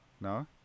no